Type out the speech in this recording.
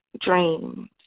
Dreams